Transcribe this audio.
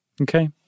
Okay